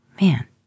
man